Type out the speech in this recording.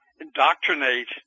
indoctrinate